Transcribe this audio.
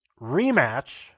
rematch